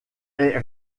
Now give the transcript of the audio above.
est